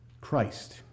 Christ